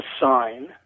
sign